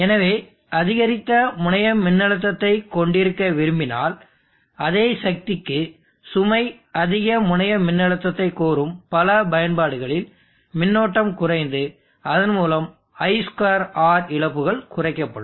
எனவேஅதிகரித்த முனைய மின்னழுத்தத்தைக் கொண்டிருக்க விரும்பினால் அதே சக்திக்கு சுமை அதிக முனைய மின்னழுத்தத்தைக் கோரும் பல பயன்பாடுகளில் மின்னோட்டம் குறைந்து அதன் மூலம் i2R இழப்புகள் குறைக்கப்படும்